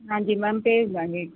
ਹਾਂਜੀ ਮੈਮ ਭੇਜ ਦਾਂਗੇ